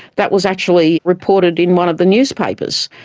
that was actually reported in one of the newspapers.